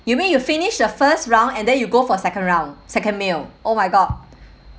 you mean you finish the first round and then you go for second round second meal oh my god